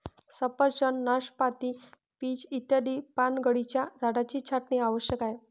सफरचंद, नाशपाती, पीच इत्यादी पानगळीच्या झाडांची छाटणी आवश्यक आहे